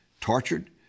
tortured